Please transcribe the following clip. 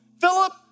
Philip